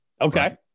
okay